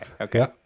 okay